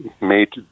made